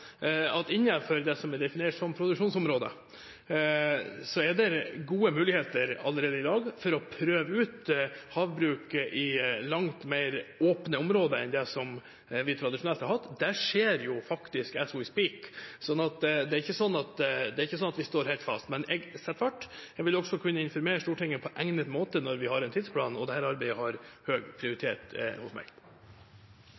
at havbruk til havs kan komme i gang. Så er det innenfor det som er definert som produksjonsområder, gode muligheter allerede i dag for å prøve ut havbruk i langt mer åpne områder enn det vi tradisjonelt har hatt. Det skjer faktisk «as we speak», så det er ikke sånn at vi står helt fast. Men jeg setter fart. Jeg vil også kunne informere Stortinget på egnet måte når vi har en tidsplan, og dette arbeidet har